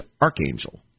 Archangel